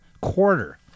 quarter